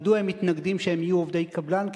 מדוע הם מתנגדים שהם לא יהיו עובדי קבלן?